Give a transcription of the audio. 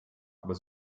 aber